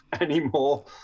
anymore